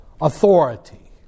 authority